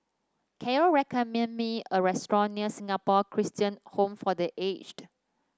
can you recommend me a restaurant near Singapore Christian Home for The Aged